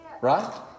right